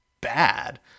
bad